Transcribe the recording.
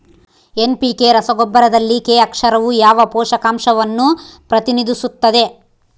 NPK ರಸಗೊಬ್ಬರದಲ್ಲಿ K ಅಕ್ಷರವು ಯಾವ ಪೋಷಕಾಂಶವನ್ನು ಪ್ರತಿನಿಧಿಸುತ್ತದೆ?